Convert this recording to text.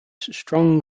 strong